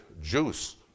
juice